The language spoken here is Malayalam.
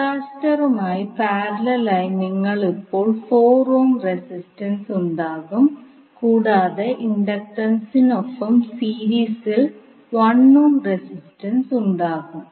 കപ്പാസിറ്ററുമായി പാരലലായി നിങ്ങൾക്ക് ഇപ്പോൾ 4 ഓം റെസിസ്റ്റൻസ് ഉണ്ടാകും കൂടാതെ ഇൻഡക്റ്റൻസിനൊപ്പം സീരീസിൽ 1 ഓം റെസിസ്റ്റൻസ് ഉണ്ടാകും